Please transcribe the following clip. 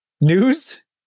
news